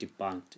debunked